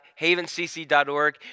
Havencc.org